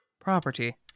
property